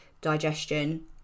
digestion